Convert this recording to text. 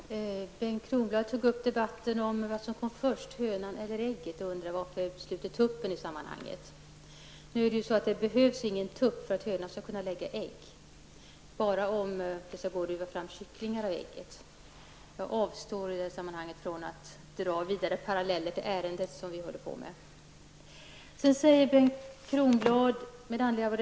Herr talman! Bengt Kronblad tog upp debatten om vilket som kom förts, hönan eller ägget. Han undrade varför jag uteslöt tuppen i sammanhanget. Det behövs ingen tupp för att hönan skall kunna lägga ägg, bara om det skall gå att driva fram kycklingar ur äggen. Jag avstår från att dra vidare paralleller till det ärende som vi nu behandlar.